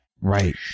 Right